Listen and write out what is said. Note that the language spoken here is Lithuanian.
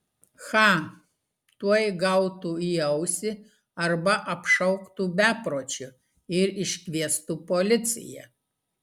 cha tuoj gautų į ausį arba apšauktų bepročiu ir iškviestų policiją